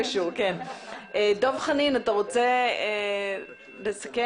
דב חנין, אתה רוצה לסכם?